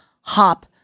hop